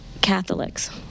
Catholics